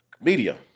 media